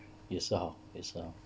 也是好也是好